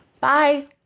Bye